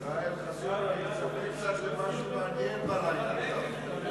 ישראל חסון, אני מצפה קצת למשהו מעניין בלילה הזה.